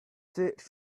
search